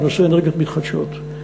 בנושא אנרגיות מתחדשות.